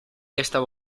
estaba